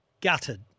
gutted